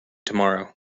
tomorrow